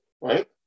right